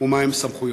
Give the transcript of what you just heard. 4. מה הן סמכויותיו?